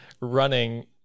running